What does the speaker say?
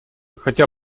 хотя